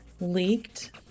leaked